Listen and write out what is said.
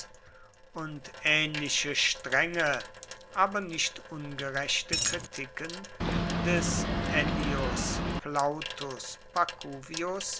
und ähnliche strenge aber nicht ungerechte kritiken des ennius plautus